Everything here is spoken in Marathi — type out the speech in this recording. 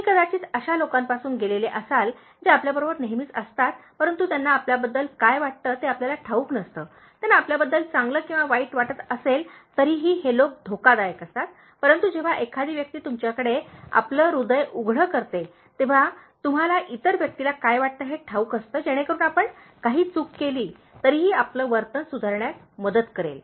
तुम्ही कदाचित अशा लोकांपासून गेलेला असाल जे आपल्याबरोबर नेहमीच असतात परंतु त्यांना आपल्याबद्दल काय वाटते ते आपल्याला ठाऊक नसते त्यांना आपल्याबद्दल चांगले किंवा वाईट वाटत असले तरी हे लोक धोकादायक असतात परंतु जेव्हा एखादी व्यक्ती तुमच्याकडे आपले हृदय उघड करते तेव्हा तुम्हाला इतर व्यक्तीला काय वाटते हे ठाऊक असते जेणेकरून आपण काही चूक केली तरीही आपले वर्तन सुधारण्यास मदत करेल